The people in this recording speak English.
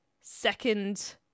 second